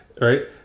right